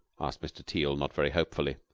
asked mr. teal, not very hopefully.